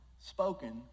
spoken